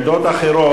עמדות אחרות,